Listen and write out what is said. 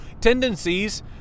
tendencies